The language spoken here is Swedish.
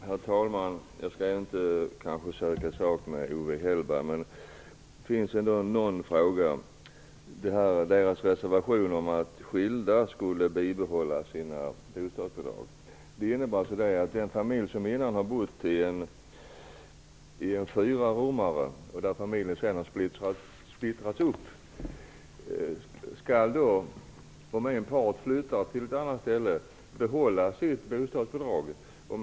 Herr talman! Jag skall kanske inte söka sak med Owe Hellberg. Det finns ändå en fråga som jag vill ta upp. Vänsterpartiet har en reservation som går ut på att skilda skulle få behålla sina bostadsbidrag. Det kan vara en familj som innan har bott i en fyrarummare och sedan har splittrats. Om en part flyttar till ett annat ställe skulle båda få behålla sitt bostadsbidrag, enligt Vänsterpartiet.